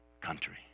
country